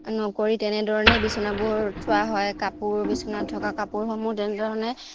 নকৰি তেনেধৰণে বিচনাবোৰ থোৱা হয় কাপোৰ বিচনাত থকা কাপোৰসমূহ তেনেধৰণে